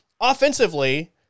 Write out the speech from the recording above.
Offensively